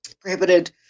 prohibited